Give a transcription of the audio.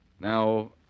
Now